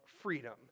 freedom